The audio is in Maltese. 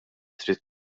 trid